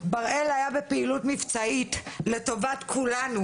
בראל היה בפעילות מבצעית לטובת כולנו.